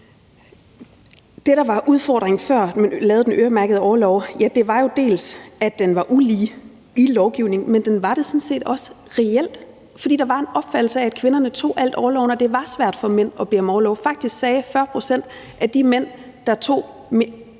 Det, der var udfordringen, før man lavede den øremærkede orlov, var jo, at den var ulige i lovgivningen, men den vat det sådan set også reelt, fordi der var en opfattelse af, at kvinderne tog al orloven, og at det var svært for mænd at bede om orlov. Faktisk sagde 40 pct. af de mænd, der tog mindre